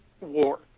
war